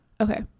okay